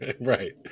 right